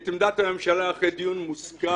את עמדת הממשלה אחרי דיון מושכל.